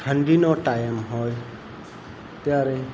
ઠંડીનો ટાઈમ હોય ત્યારે